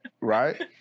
right